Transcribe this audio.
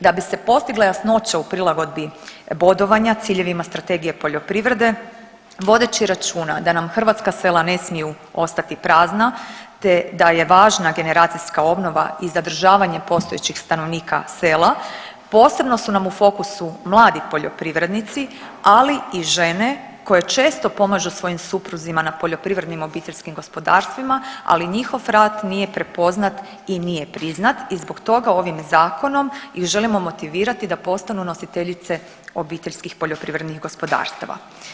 Da bi se postigla jasnoća u prilagodbi bodovanja ciljevima Strategije poljoprivrede vodeći računa da nam hrvatska sela ne smiju ostati prazna, te da je važna generacijska obnova i zadržavanje postojećih stanovnika sela, posebno su nam u fokusu mladi poljoprivrednici, ali i žene koje često pomažu svojim supruzima na poljoprivrednim obiteljskim gospodarstvima, ali njihov rad nije prepoznat i nije priznat i zbog toga ovim zakonom i želimo motivirati da postanu nositeljice obiteljskih poljoprivrednih gospodarstava.